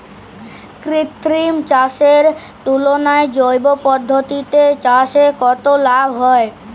কৃত্রিম চাষের তুলনায় জৈব পদ্ধতিতে চাষে কত লাভ হয়?